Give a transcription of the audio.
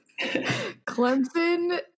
Clemson